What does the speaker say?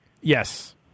yes